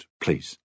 please